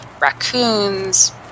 raccoons